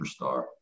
superstar